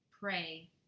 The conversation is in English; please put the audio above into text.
pray